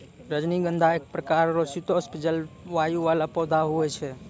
रजनीगंधा एक प्रकार रो शीतोष्ण जलवायु वाला पौधा हुवै छै